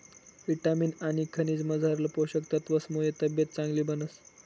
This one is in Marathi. ईटामिन आनी खनिजमझारला पोषक तत्वसमुये तब्येत चांगली बनस